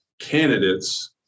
candidates